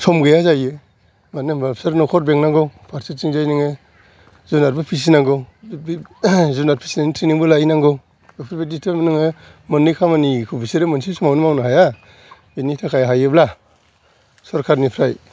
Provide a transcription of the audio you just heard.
सम गैया जायो मानो होनबा बिसोर न'खर बेंनांगौ फारसेथिं जाय नोङो जुनादफोर फिसिनांगौ जुनाद फिसिनायनि ट्रेनिं लाहैनांगौबो जायो बेफोरबादिथ' नोङो मोननै खामानिखौ मोनसे समावनोथ' बिसोरो मावनो हाया बेनि थाखाय हायोब्ला सरखार निफ्राय